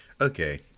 okay